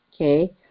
okay